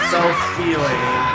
Self-healing